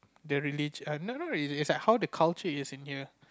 the religion no not religion is like how the culture is like in here